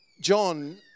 John